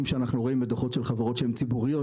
שאנחנו רואים בדוחות של חברות שהן ציבוריות,